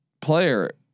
player